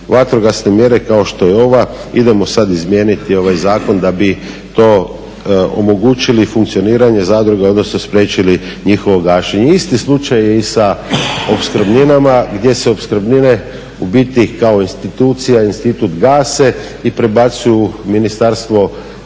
vatrogasne mjere kao što je ova idemo sada izmijeniti ovaj zakon da bi to omogućili funkcioniranje zadruga odnosno spriječili njihovo gašenje. Isti slučaj je i sa opskrbninama gdje se opskrbnine u biti kao institucija, institut gase i prebacuju u Ministarstvo